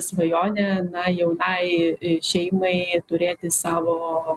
svajonė na jaunai šeimai turėti savo